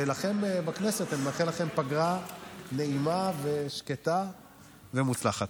ולכם, בכנסת, אני מאחל פגרה נעימה ושקטה ומוצלחת.